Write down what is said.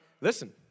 Listen